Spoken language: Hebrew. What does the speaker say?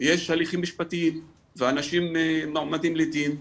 יש הליכים משפטיים ואנשים מועמדים לדין,